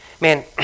Man